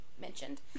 mentioned